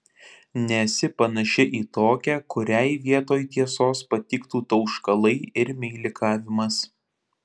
nesi panaši į tokią kuriai vietoj tiesos patiktų tauškalai ir meilikavimas